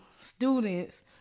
students